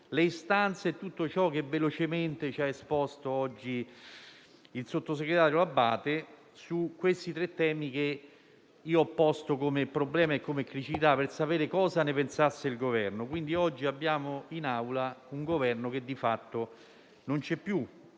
le istanze e tutto ciò che velocemente ci ha esposto oggi il sottosegretario L'Abbate sui tre temi che ho posto come criticità per sapere cosa ne pensasse il Governo. Oggi abbiamo in Aula un Governo che di fatto non c'è più.